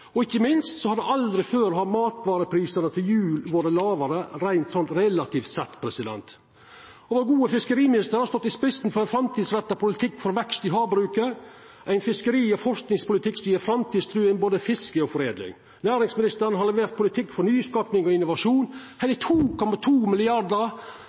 Ikkje minst har matvareprisane til jul relativt sett aldri før vore lågare. Vår gode fiskeriminister har stått i spissen for ein framtidsretta politikk for vekst i havbruket og ein fiskeri- og forskingspolitikk som gjev framtidstru innan både fiske og foredling. Næringsministeren har levert politikk for nyskaping og innovasjon. Heile